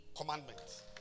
Commandments